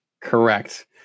Correct